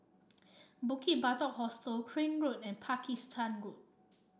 Bukit Batok Hostel Crane Road and Pakistan Road